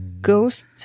Ghost